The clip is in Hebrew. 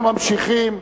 אנחנו ממשיכים.